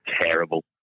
terrible